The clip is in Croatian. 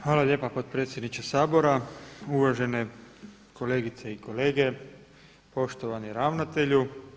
Hvala lijepa potpredsjedniče Sabora, uvažene kolegice i kolege, poštovani ravnatelju.